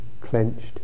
clenched